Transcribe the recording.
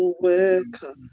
worker